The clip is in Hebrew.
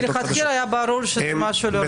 מלכתחילה היה ברור שזה משהו לא רציני.